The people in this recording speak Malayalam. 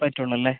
പറ്റുള്ളൂ അല്ലേ